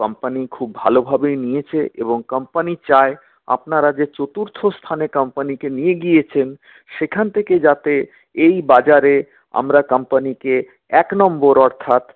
company খুব ভালোভাবেই নিয়েছে এবং কম্পানি চায় আপনারা যে চতুর্থ স্থানে কম্পানিকে নিয়ে গিয়েছেন সেখান থেকে যাতে এই বাজারে আমরা কম্পানিকে এক নম্বর অর্থাৎ